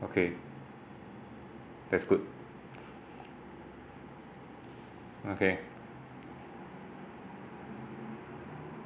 okay that's good okay